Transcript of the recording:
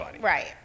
right